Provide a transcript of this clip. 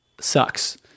sucks